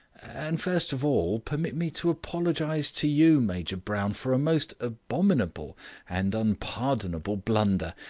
and, first of all, permit me to apologize to you, major brown, for a most abominable and unpardonable blunder,